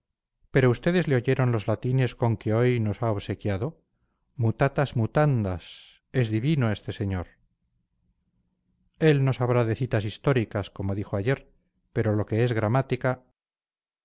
pero ustedes le oyeron los latines con que hoy nos ha obsequiado mutatas mutandas es divino este señor él no sabrá de citas históricas como dijo ayer pero lo que es gramática